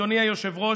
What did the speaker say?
אדוני היושב-ראש,